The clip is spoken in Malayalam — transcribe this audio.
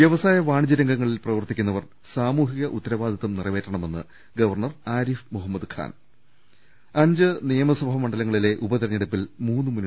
വ്യവസായ വാണിജ്യ രംഗങ്ങളിൽ പ്രവർത്തിക്കുന്നവർ സാമൂഹിക ഉത്തരവാദിത്വം നിറവേറ്റണമെന്ന് ഗവർണർ ആരിഫ് മുഹമ്മദ് ഖാൻ അഞ്ചു നിയമസഭാ മണ്ഡലങ്ങളിലെ ഉപതെരഞ്ഞെടുപ്പിൽ മൂന്നു മുന്ന